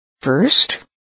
First